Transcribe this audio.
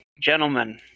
Gentlemen